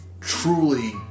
truly